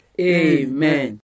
Amen